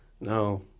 No